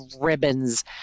ribbons